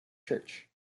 church